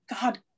God